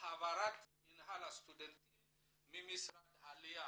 בהעברת מינהל הסטודנטים ממשרד העלייה